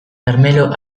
karmelo